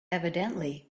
evidently